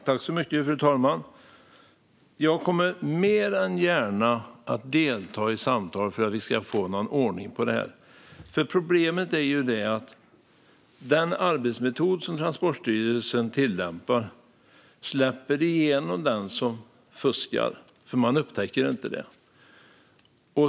Fru talman! Jag kommer mer än gärna att delta i samtal för att vi ska få någon ordning på det här. Problemet är att den arbetsmetod som Transportstyrelsen tillämpar släpper igenom den som fuskar, för man upptäcker inte det.